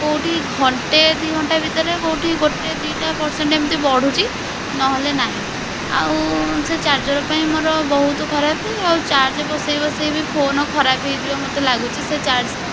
କେଉଁଠି ଘଣ୍ଟେ ଦୁଇ ଘଣ୍ଟା ଭିତରେ କେଉଁଠି ଗୋଟେ ଦୁଇଟା ପର୍ସେଣ୍ଟ୍ ଏମିତି ବଢ଼ୁଛି ନହେଲେ ନାହିଁ ଆଉ ସେ ଚାର୍ଜର୍ ପାଇଁ ମୋର ବହୁତ ଖରାପ ଆଉ ଚାର୍ଜ ବସେଇ ବସେଇ ବି ଫୋନ୍ ଖରାପ ହୋଇଯିବ ମୋତେ ଲାଗୁଛି ସେ ଚାର୍ଜ ତ